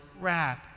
wrath